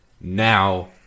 now